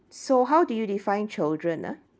so how do you define children ah